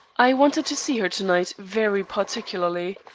i wanted to see her to-night, very particularly.